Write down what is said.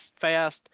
fast